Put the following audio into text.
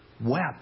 wept